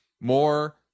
more